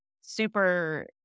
super